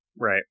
Right